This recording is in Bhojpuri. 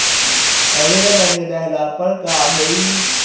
ऋण नही दहला पर का होइ?